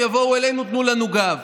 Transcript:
הם יבואו אלינו: תנו לנו גב,